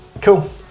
Cool